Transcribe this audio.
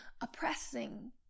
oppressing